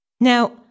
Now